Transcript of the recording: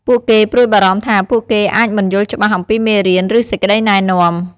ពួកគេព្រួយបារម្ភថា ពួកគេអាចមិនយល់ច្បាស់អំពីមេរៀន ឬសេចក្តីណែនាំ។